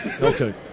Okay